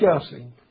discussing